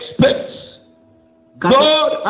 God